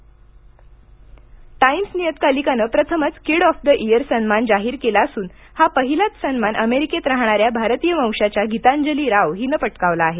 Times kid Time नियतकालिकानं प्रथमच kid of the year सन्मान जाहीर केला असून हा पहिलाच सन्मान अमेरिकेत राहणाऱ्या भारतीय वंशाच्या गीतांजली राव हिनं पटकावला आहे